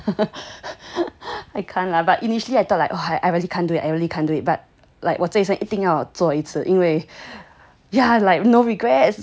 I can't lah but initially I thought like I can't do it I really can't do it but like 我这一生一定要做一次因为 yeah like no regrets